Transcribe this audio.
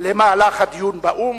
למהלך הדיון באו"ם,